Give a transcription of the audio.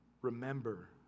remember